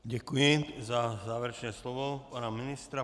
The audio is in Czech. Děkuji za závěrečné slovo pana ministra.